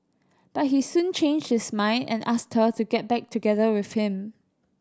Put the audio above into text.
but he soon changed his mind and asked her to get back together with him